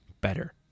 better